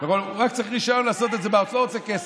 הוא רק צריך רישיון לעשות את זה, הוא לא רוצה כסף.